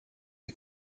die